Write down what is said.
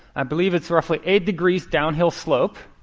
i believe it's roughly eight degrees downhill slope,